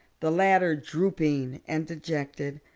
the latter drooping and dejected.